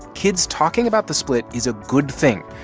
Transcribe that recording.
kids talking about the split is a good thing,